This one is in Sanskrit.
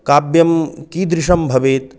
काव्यं कीदृशं भवेत्